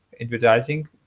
advertising